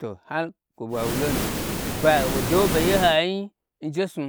To har kwo ɓwa wuoonu ɓau do woɓe ye nhain n jesnu